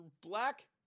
Black